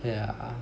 yeah